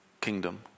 kingdom